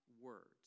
words